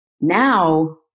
now